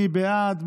מי בעד?